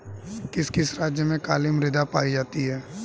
किस किस राज्य में काली मृदा पाई जाती है?